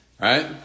right